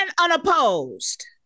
unopposed